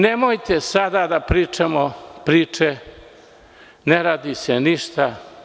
Nemojte sada da pričamo priče, ne radi se ništa.